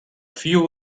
few